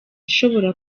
ishobora